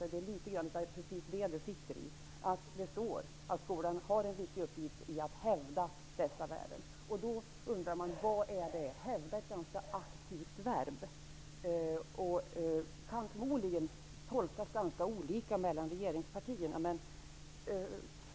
Det är precis detta det handlar om. Det står att skolan har en viktig uppgift i att hävda dessa värden. Då undrar man vad det är. Hävda är ett ganska aktivt verb. Det kan förmodligen tolkas ganska olika mellan regeringspartierna.